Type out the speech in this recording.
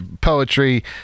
poetry